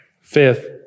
Fifth